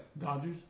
Dodgers